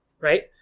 right